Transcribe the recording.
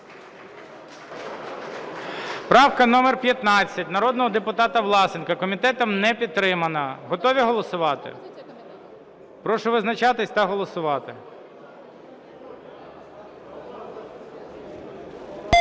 Правка номер 15 народного депутата Власенка. Комітетом не підтримана. Готові голосувати? Прошу визначатися та голосувати.